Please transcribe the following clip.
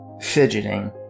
fidgeting